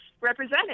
represented